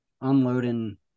unloading